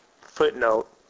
Footnote